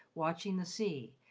watching the sea,